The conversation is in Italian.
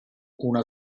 una